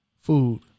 Food